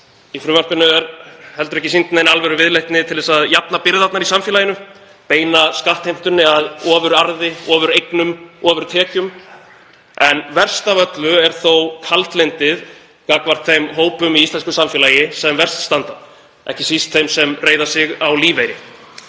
Í frumvarpinu er heldur ekki sýnd nein alvöruviðleitni til að jafna byrðarnar í samfélaginu, beina skattheimtunni að ofurarði, ofureignum eða ofurtekjum. En verst af öllu er þó kaldlyndið gagnvart þeim hópum í íslensku samfélagi sem verst standa, ekki síst þeim sem reiða sig á lífeyri.